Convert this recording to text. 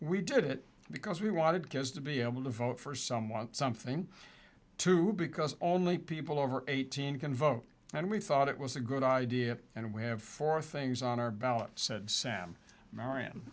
we did it because we wanted kids to be able to vote for someone something to because only people over eighteen can vote and we thought it was a good idea and we have four things on our ballot said sam mari